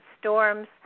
storms